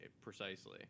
precisely